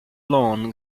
lawn